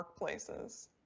workplaces